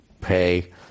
pay